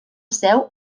seu